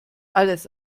alles